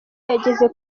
yageze